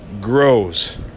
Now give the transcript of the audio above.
grows